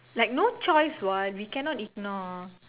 like no choice what we cannot ignore